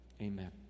Amen